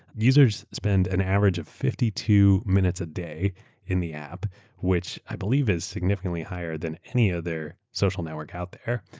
users spend an average of fifty two minutes a day in the app which i believe is significantly higher than any other social network out there.